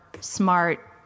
smart